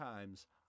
times